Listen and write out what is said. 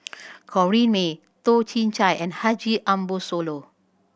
Corrinne May Toh Chin Chye and Haji Ambo Sooloh